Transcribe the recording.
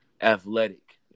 athletic